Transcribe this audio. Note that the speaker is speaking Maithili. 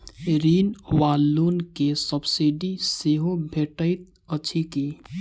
ऋण वा लोन केँ सब्सिडी सेहो भेटइत अछि की?